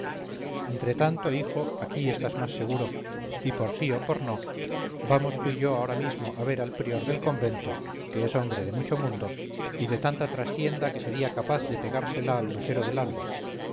evadirte entretanto hijo aquí estás más seguro y por sí o por no vamos tú y yo ahora mismo a ver al prior del convento que es hombre de mucho mundo y de tanta trastienda que sería capaz de pegársela al lucero del alba